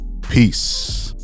Peace